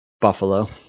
Buffalo